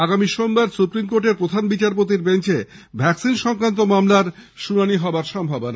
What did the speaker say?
আগামী সোমবার সৃপ্রিম কোর্টের প্রধান বিচারপতির বেঞ্চে ভ্যাকসিন সংক্রান্ত মামলার শুনানির সম্ভাবনা